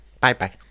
Bye-bye